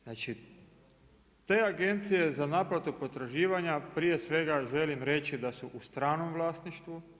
Znači te Agencije za naplatu potraživanja prije svega želim reći da su u stranom vlasništvu.